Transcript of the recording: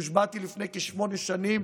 כשהושבעתי לפני כשמונה שנים,